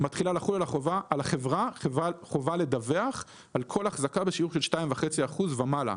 מתחילה לחול על החברה חובה לדווח על כול החזקה בשיעור של 2.5% ומעלה.